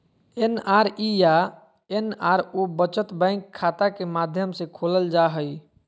NRE या NRO बचत bank खाता के माध्यम से खोलल जा हइ